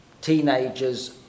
teenagers